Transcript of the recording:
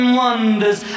wonders